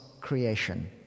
creation